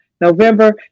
November